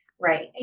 right